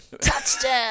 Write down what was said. touchdown